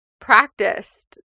practiced